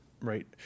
Right